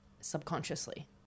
subconsciously